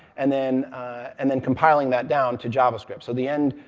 and then and then compiling that down to javascript. so the end